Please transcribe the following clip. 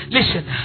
Listen